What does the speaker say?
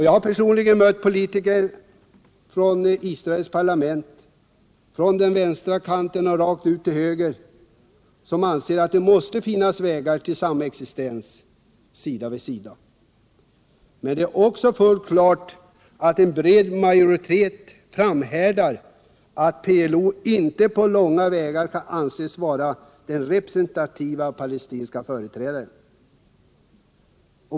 Jag har personligen mött politiker från Israels parlament — från den vänstra utkanten rakt ut till höger — som anser att det måste finnas vägar till samexistens sida vid sida. Men det är också fullt klart att en bred majoritet framhärdar att PLO inte på långa vägar kan anses vara den representativa palestinska företrädaren.